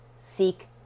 Seek